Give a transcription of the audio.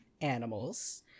animals